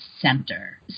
center